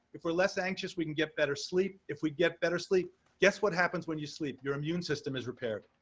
if we're less anxious, we can get better sleep. if we get better sleep guess what happens when you sleep in your immune system is repaired,